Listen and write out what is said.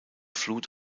flut